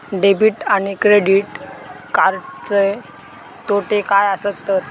Debit आणि credit कार्डचे तोटे काय आसत तर?